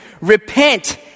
repent